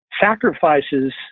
sacrifices